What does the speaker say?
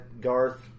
Garth